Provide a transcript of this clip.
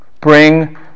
Bring